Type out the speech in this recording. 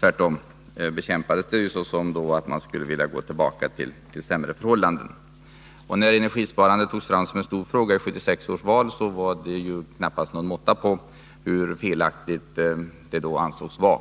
Tvärtom bekämpades det, och man sade att vi skulle vilja gå tillbaka till sämre förhållanden. När energisparfrågan togs fram som en stor fråga i 1976 års val, var det knappast någon måtta på talet om hur felaktigt det ansågs vara.